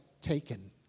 taken